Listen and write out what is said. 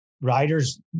riders